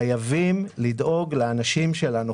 חייבים לדאוג לאנשים שלנו,